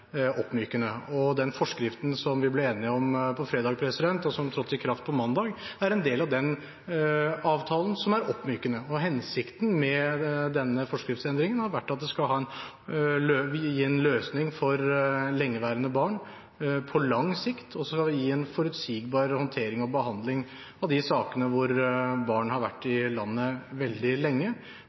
oppmykende. Den forskriften vi ble enige om på fredag, og som trådte i kraft på mandag, er en del av den avtalen som er oppmykende. Hensikten med denne forskriftsendringen har vært at det skal gi en løsning for lengeværende barn på lang sikt, og så skal det gi en forutsigbar håndtering og behandling av de sakene hvor barn har vært i landet veldig lenge,